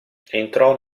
entrò